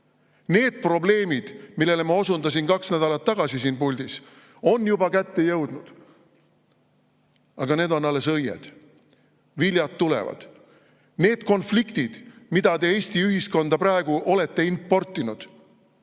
Need probleemid, millele ma osundasin kaks nädalat tagasi siin puldis, on juba kätte jõudnud. Aga need on alles õied, viljad tulevad. Need konfliktid, mida te Eesti ühiskonda praegu olete importinud,